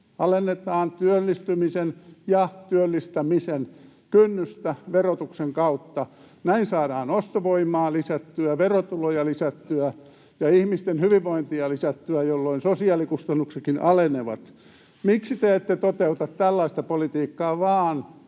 Alennetaan työllistymisen ja työllistämisen kynnystä verotuksen kautta. Näin saadaan ostovoimaa lisättyä, verotuloja lisättyä ja ihmisten hyvinvointia lisättyä, jolloin sosiaalikustannuksetkin alenevat. Miksi te ette toteuta tällaista politiikkaa, vaan